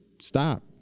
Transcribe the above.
stop